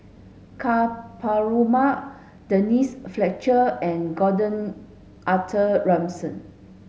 Ka Perumal Denise Fletcher and Gordon Arthur Ransome